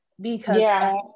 because-